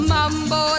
Mambo